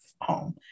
home